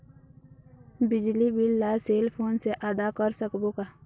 बिजली बिल ला cell phone से आदा कर सकबो का?